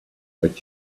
but